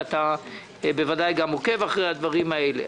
ואתה בוודאי גם עוקב אחרי הדברים האלה.